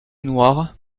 noire